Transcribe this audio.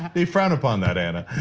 they frown upon that, anna.